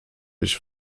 ich